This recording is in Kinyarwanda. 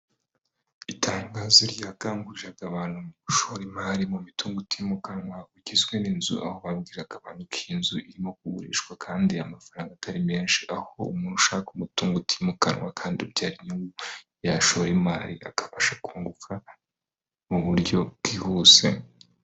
Itangazo ryakanguriraga abantu mu gushora imari mu mitungo utimukanwa, ugizwe n'inzu aho babwiraga abantu ko iyi nzu irimo kugurishwa kandi amafaranga atari menshi, aho umuntu ushaka umutungo utimukanwa kandi ubyara inyungu yashora imari akabasha kunguka mu buryo bwihuse.